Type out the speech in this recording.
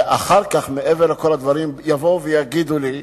ומעבר לכל הדברים יבואו ויגידו לי,